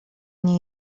nie